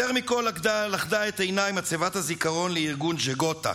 יותר מכול לכדה את עיניי מצבת הזיכרון לארגון ז'גוטה,